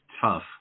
tough